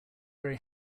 very